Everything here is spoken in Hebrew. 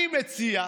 אני מקווה